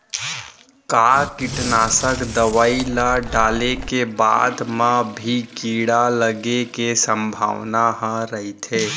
का कीटनाशक दवई ल डाले के बाद म भी कीड़ा लगे के संभावना ह रइथे?